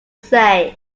say